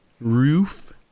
Roof